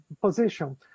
position